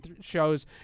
shows